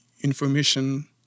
information